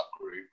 group